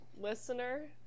listener